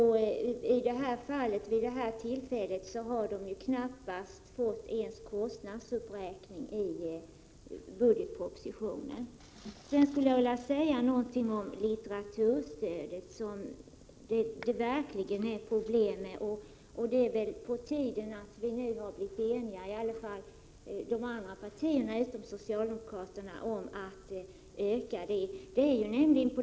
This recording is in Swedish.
I budgetpropositionens förslag har de knappast ens fått kostnadsuppräkning. Jag vill också säga något om litteraturstödet, som det verkligen är problem med. Det är på tiden att vi nu blivit eniga inom alla partier utom socialdemokraterna att öka litteraturstödet.